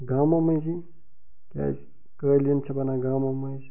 گامَن منٛزٕے کیٛازِ قٲلین چھِ بنان گامَن منٛزٕے